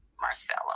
Marcella